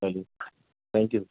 چلیے thank you